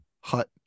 hut